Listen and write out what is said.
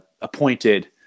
appointed